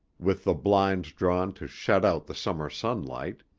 with the blinds drawn to shut out the summer sunlight,